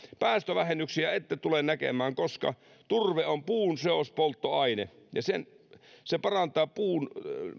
päästövähennyksiä ette tule näkemään koska turve on puun seospolttoaine se parantaa puun